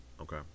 Okay